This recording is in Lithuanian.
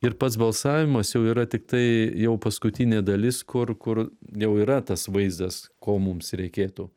ir pats balsavimas jau yra tiktai jau paskutinė dalis kur kur jau yra tas vaizdas ko mums reikėtų